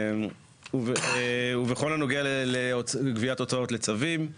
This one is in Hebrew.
ובכל הנוגע לגביית הוצאה לצווים,